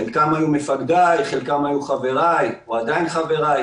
חלקם היו מפקדיי, חלקם היו חבריי, או עדיין חבריי